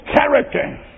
character